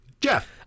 Jeff